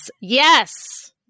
yes